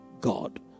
God